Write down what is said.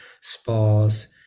spas